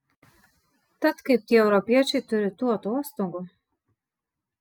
tad kaip tie europiečiai turi tų atostogų